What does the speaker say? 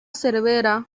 cervera